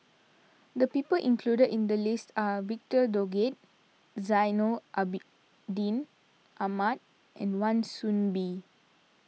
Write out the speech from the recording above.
the people included in the list are Victor Doggett Zainal Abi Din Ahmad and Wan Soon Bee